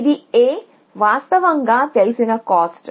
ఇది A వాస్తవంగా తెలిసిన కాస్ట్